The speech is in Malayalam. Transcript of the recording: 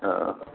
ആ ആ